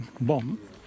bomb